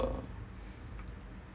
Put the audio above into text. uh